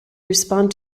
respond